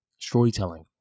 storytelling